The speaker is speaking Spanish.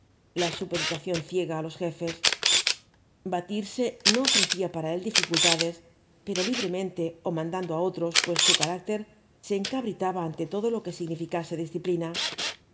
la supeditación ciega á los jefes batirse no ofrecía para él dificultades pero libremente ó mandando á otros pues su carácter se encabritaba ante todo lo que significase disciplina